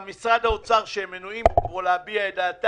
גם אנשי משרד האוצר, שמנועים פה מלהביע את דעתם,